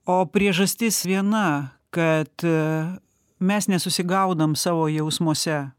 o priežastis viena kad mes nesusigaudom savo jausmuose